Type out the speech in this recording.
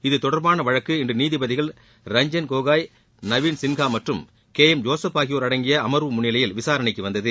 இத்தொடர்பான வழக்கு இன்று நீதிபதிகள் ரஞ்சன் கோகோய் நவீன் சின்ஹா மற்றும் கே எம் ஜோசுப் ஆகியோர் அடங்கிய அமர்வு முன்னிலையில் விசாரணைக்கு வந்தது